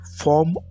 form